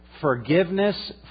forgiveness